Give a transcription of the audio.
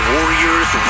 Warriors